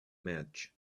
match